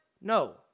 No